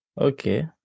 Okay